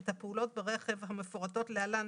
את הפעולות ברכב המפורטות להלן